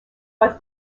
but